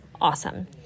awesome